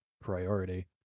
priority